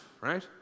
right